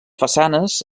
façanes